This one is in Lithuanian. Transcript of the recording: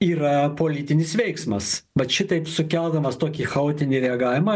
yra politinis veiksmas vat šitaip sukeldamas tokį chaotinį reagavimą